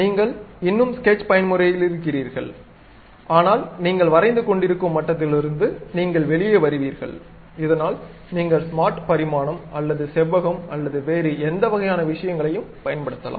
நீங்கள் இன்னும் ஸ்கெட்ச் பயன்முறையில் இருக்கிறீர்கள் ஆனால் நீங்கள் வரைந்து கொண்டிருக்கும் மட்டத்திலிருந்து நீங்கள் வெளியே வருவீர்கள் இதனால் நீங்கள் ஸ்மார்ட் பரிமாணம் அல்லது செவ்வகம் அல்லது வேறு எந்த வகையான விஷயங்களையும் பயன்படுத்தலாம்